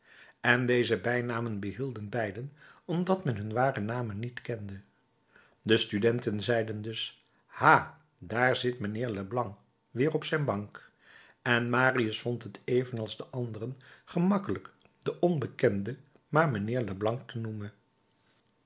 en deze bijnamen behielden beiden omdat men hun ware namen niet kende de studenten zeiden dus ha daar zit mijnheer leblanc weêr op zijn bank en marius vond het evenals de anderen gemakkelijk den onbekende maar mijnheer leblanc te noemen